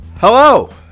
Hello